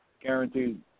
Guaranteed